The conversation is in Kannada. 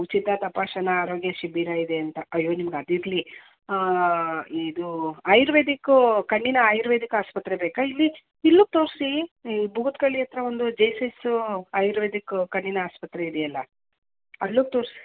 ಉಚಿತ ತಪಾಸಣಾ ಆರೋಗ್ಯ ಶಿಬಿರ ಇದೆ ಅಂತ ಅಯ್ಯೋ ನಿಮ್ಗೆ ಅದು ಇರಲಿ ಇದು ಆಯುರ್ವೇದಿಕ್ಕೂ ಕಣ್ಣಿನ ಆಯುರ್ವೇದಿಕ್ ಆಸ್ಪತ್ರೆ ಬೇಕಾ ಇಲ್ಲಿ ಇಲ್ಲಿಗ್ ತೋರಿಸಿ ಇಲ್ಲಿ ಬೂಗದ್ಕೈಲಿ ಹತ್ತಿರ ಒಂದು ಜೆ ಎಸ್ ಎಸ್ಸೂ ಆಯುರ್ವೇದಿಕ್ಕು ಕಣ್ಣಿನ ಆಸ್ಪತ್ರೆ ಇದೆಯಲ್ಲ ಅಲ್ಲಿಗ್ ತೋರ್ಸಿ